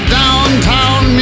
downtown